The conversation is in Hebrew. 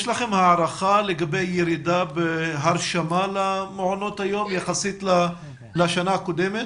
יש לכם הערכה לגבי ירידה בהרשמה למעונות היום יחסית לשנה הקודמת?